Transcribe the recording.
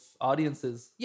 audiences